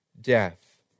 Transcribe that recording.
death